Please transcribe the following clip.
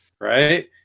Right